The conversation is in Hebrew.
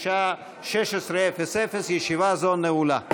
בשעה 16:00. ישיבה זו נעולה.